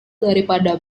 daripada